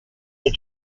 the